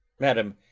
madam,